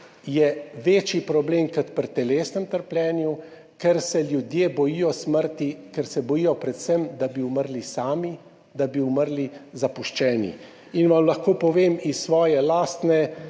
je večji problem, kot pri telesnem trpljenju, ker se ljudje bojijo smrti, ker se bojijo predvsem, da bi umrli sami, da bi umrli zapuščeni. In vam lahko povem iz svoje lastne,